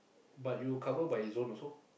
but you cover by it's own also